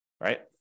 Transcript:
right